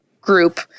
group